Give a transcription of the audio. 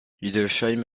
hildesheim